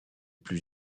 plus